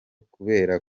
kubera